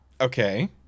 Okay